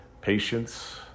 patience